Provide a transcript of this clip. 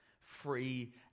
free